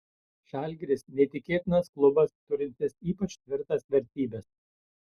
žalgiris neįtikėtinas klubas turintis ypač tvirtas vertybes